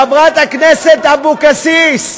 חברת הכנסת אבקסיס,